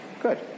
Good